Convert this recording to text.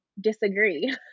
disagree